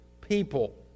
people